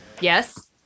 yes